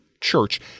church